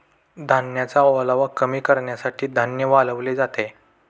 धान्याचा ओलावा कमी करण्यासाठी धान्य वाळवले जाते